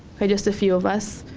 just a few of us.